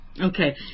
Okay